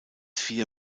vier